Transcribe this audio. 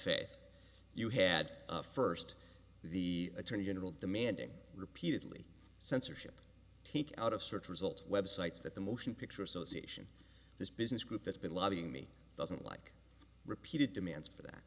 faith you had first the attorney general demanding repeatedly censorship out of search results websites that the motion picture association this business group that's been lobbying me doesn't like repeated demands for that